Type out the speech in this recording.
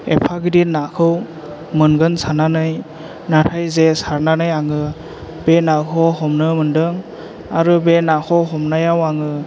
एफा गिदिर नाखौ मोनगोन साननानै नाथाय जे सारनानै आङो बे नाखौ हमनो मोनदों आरो बे नाखौ हमनायाव आङो